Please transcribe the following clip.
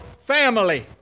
family